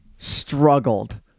struggled